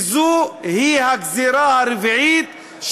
זאת הגזירה הרביעית,